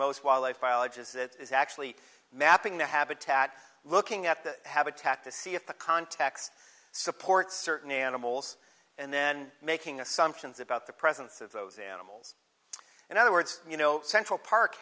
most wildlife biologists it is actually mapping the habitat looking at the habitat to see if the context supports certain animals and then making assumptions about the presence of those animals in other words you know central park